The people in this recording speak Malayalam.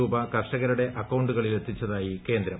രൂപ കർഷകരുടെ അക്കൌണ്ടുകളിൽ എത്തിച്ചതായി കേന്ദ്രം